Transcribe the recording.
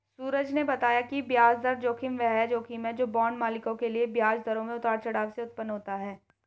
सूरज ने बताया कि ब्याज दर जोखिम वह जोखिम है जो बांड मालिकों के लिए ब्याज दरों में उतार चढ़ाव से उत्पन्न होता है